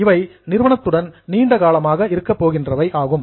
இவை நிறுவனத்துடன் நீண்டகாலமாக இருக்க போகின்றவை ஆகும்